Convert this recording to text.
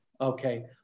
Okay